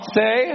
say